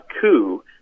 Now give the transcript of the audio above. coup